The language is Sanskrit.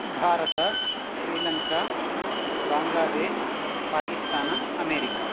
भारत श्रीलङ्का बाङ्ग्लादेश् पाकिस्ताना अमेरिका